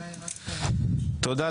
תודה.